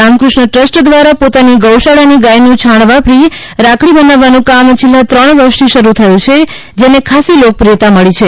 Ramakrishna trust દ્વારા પોતાની ગૌશાળા ની ગાય નું છાણ વાપરી રાખડી બનાવવાનું કામ છેલ્લા ત્રણ વર્ષ થી શરૂ થયું છે જેને ખાસ્સી લોકપ્રિયતા મળી છે